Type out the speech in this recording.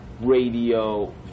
radio